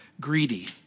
greedy